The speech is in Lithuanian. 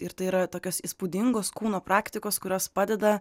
ir tai yra tokios įspūdingos kūno praktikos kurios padeda